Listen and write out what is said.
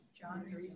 John